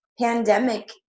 pandemic